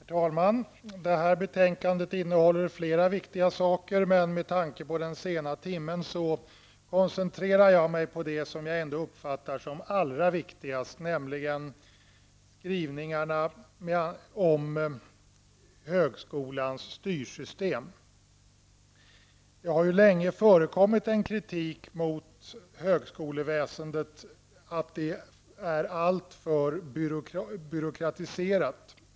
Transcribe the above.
Herr talman! Det betänkande vi nu behandlar innehåller flera viktiga frågor, men med tanke på den sena timmen skall jag koncentrera mig på det som jag uppfattar som allra viktigast, nämligen skrivningarna om högskolans styrsystem. Det har länge förekommit en kritik mot högskoleväsendet för att det är alltför byråkratiserat.